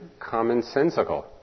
commonsensical